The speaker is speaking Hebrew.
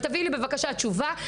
תביאי לי בבקשה תשובה,